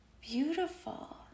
beautiful